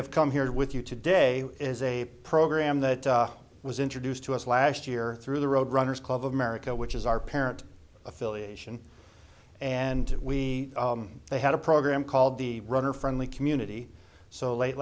have come here with you today is a program that was introduced to us last year through the road runners club of america which is our parent affiliation and we they had a program called the runner friendly community so late